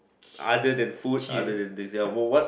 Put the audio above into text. other than food other than this what what